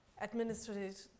administrative